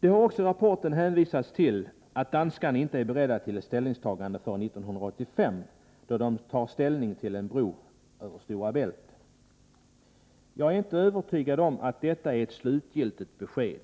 Det har också i rapporten hänvisats till att danskarna inte är beredda till ett ställningstagande förrän 1985, då de tar ställning till en bro över Stora Bält. Jag är inte övertygad om att detta är ett slutgiltigt besked.